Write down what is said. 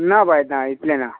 ना बाय ना इतलें ना